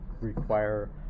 require